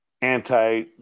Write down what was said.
anti